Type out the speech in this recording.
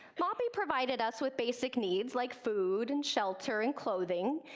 moppy provided us with basic needs like food, and shelter and clothing.